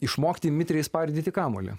išmokti mitriai spardyti kamuolį